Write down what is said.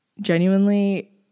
Genuinely